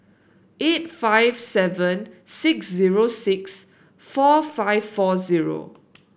eight five seven six zero six four five four zero